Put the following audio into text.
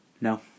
No